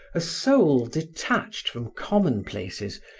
a soul detached from commonplaces,